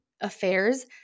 affairs –